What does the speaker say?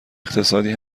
اقتصادی